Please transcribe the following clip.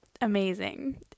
amazing